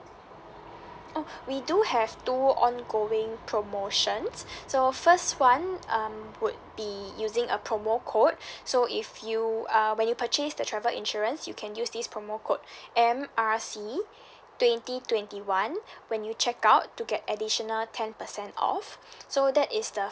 oh we do have two ongoing promotion so first [one] um would be using a promo code so if you uh when you purchase the travel insurance you can use this promo code M R C twenty twenty one when you check out to get additional ten percent off so that is the